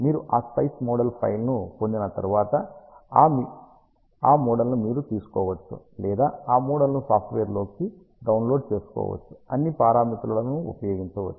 మీరు ఆ SPICE model ఫైల్ను పొందిన తర్వాత ఆ మీరు మోడల్ను తీసుకోవచ్చు లేదా ఆ మోడల్ను సాఫ్ట్వేర్లోకి డౌన్లోడ్ చేసుకోవచ్చు అన్ని పారామితులలో ఉంచవచ్చు